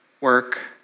work